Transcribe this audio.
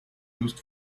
used